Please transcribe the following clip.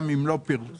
גם אם לא פורסמו,